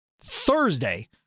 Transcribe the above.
Thursday